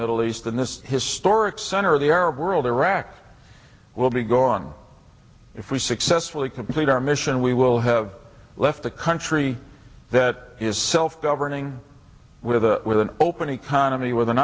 middle east than this historic center of the arab world iraq will be gone if we successfully complete our mission we will have left the country that is self governing with a with an open economy with an